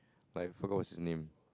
but I forgot what's his name